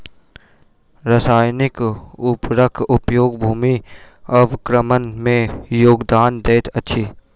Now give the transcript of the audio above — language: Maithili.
रासायनिक उर्वरक उपयोग भूमि अवक्रमण में योगदान दैत अछि